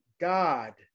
God